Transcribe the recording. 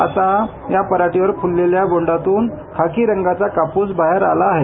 आता या पराडीवर फललेल्या बोंडातून खाकी रंगाचा कापस बाहेर आला आहे